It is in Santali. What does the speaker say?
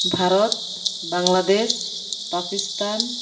ᱵᱷᱟᱨᱚᱛ ᱵᱟᱝᱞᱟᱫᱮᱥ ᱯᱟᱠᱤᱥᱛᱟᱱ